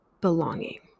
belonging